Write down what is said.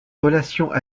relations